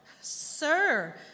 Sir